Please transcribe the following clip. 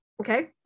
Okay